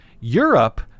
Europe